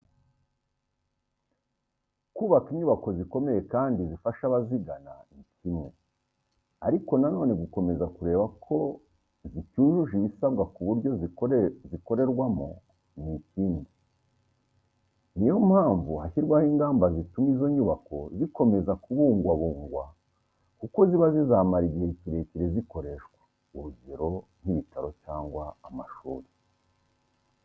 Kubaka inyubako zikomeye kandi zifasha abazigana ni kimwe, ariko nanone gukomeza kureba ko zicyujuje ibisabwa ku buryo zikorerwamo n'ikindi. Ni yo mpamvu hashyirwaho ingamba zituma izo nyubako zikomeza ku bungwabungwa kuko ziba zizamara igihe kirekire zikoreshwa, urugero nk'ibitaro cyangwa amashuri.